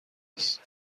است